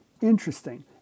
interesting